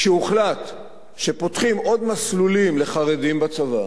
כשהוחלט שפותחים עוד מסלולים לחרדים בצבא,